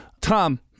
Tom